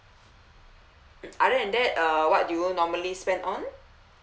other than that uh what do you normally spend on